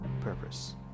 purpose